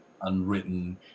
unwritten